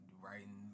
writing